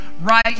right